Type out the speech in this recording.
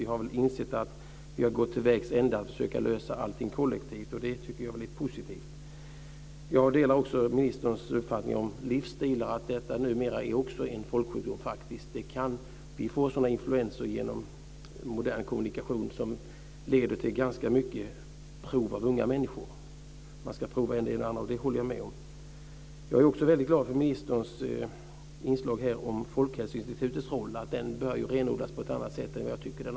Vi har väl insett att vi har gått till vägs ände med att försöka lösa allting kollektivt. Det tycker jag är väldigt positivt. Jag delar också ministerns uppfattningar om livsstilar. De är numera också en folksjukdom. Vi kan få sådana influenser genom modern kommunikation som leder till ganska mycket prövande av unga människor. De ska pröva än det ena och än det andra. Det håller jag med om. Jag är också väldigt glad för ministerns inslag om Folkhälsoinstitutets roll. Den bör renodlas på ett annat sätt än tidigare.